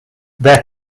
there